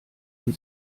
man